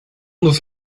monde